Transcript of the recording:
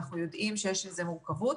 אנחנו יודעים שיש לזה מורכבות.